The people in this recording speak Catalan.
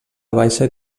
baixa